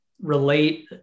relate